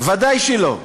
ודאי שלא.